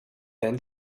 then